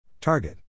Target